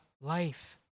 life